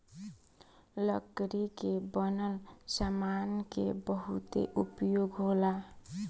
लकड़ी के बनल सामान के बहुते उपयोग होला